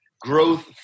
Growth